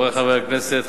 חברי חברי הכנסת,